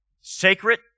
sacred